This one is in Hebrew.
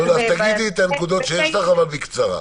אז תגידי את הנקודות שיש לך, אבל בקצרה.